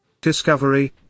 Discovery